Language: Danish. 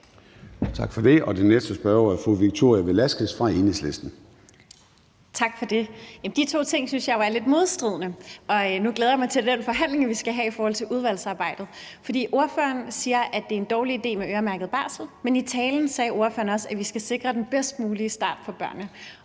Den næste spørger er fru Victoria Velasquez fra Enhedslisten.